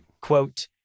Quote